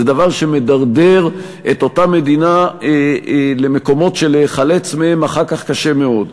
זה דבר שמדרדר את אותה מדינה למקומות שלהיחלץ מהם אחר כך קשה מאוד.